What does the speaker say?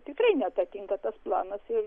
tikrai nepatinka tas planas ir